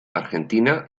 argentina